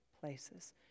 places